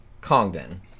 Congdon